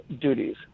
duties